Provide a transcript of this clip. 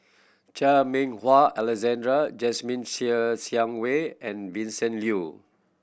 Chan Meng Wah Alexander Jasmine Ser Xiang Wei and Vincent Leow